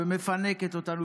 מפנקת אותנו,